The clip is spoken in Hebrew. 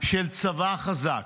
של צבא חזק,